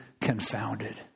confounded